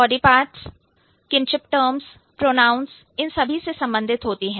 body parts kinship terms pronouns इन सभी से संबंधित होती हैं